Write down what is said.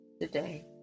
today